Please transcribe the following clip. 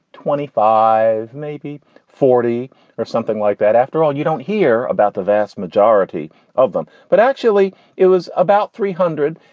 twenty five, maybe forty or something like that. after all, you don't hear about the vast majority of them. but actually, it was about three hundred.